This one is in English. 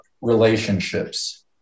relationships